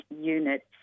units